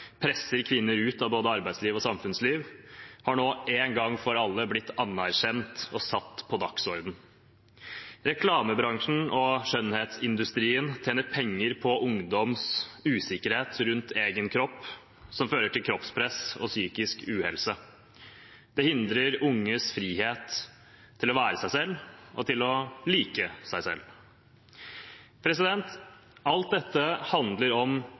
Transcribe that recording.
presser kvinner ut av både arbeidsliv og samfunnsliv, har nå, en gang for alle, blitt anerkjent og satt på dagsordenen. Reklamebransjen og skjønnhetsindustrien tjener penger på ungdoms usikkerhet om egen kropp, som fører til kroppspress og psykisk uhelse. Det hindrer unges frihet til å være seg selv og til å like seg selv. Alt dette handler om